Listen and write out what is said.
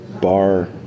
bar